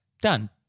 Done